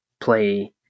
play